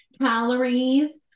calories